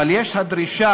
אבל יש הדרישה